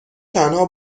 تنها